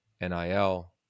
NIL